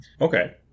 Okay